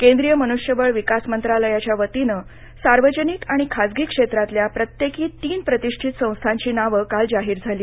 केंद्रीय मन्ष्यबळ विकास मंत्रालयाच्या वतीनं सार्वजनिक आणि खाजगी क्षेत्रातल्या प्रत्येकी तीन प्रतिष्ठित संस्थांची नावं काल जाहीर केली